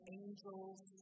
angels